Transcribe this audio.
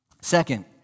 Second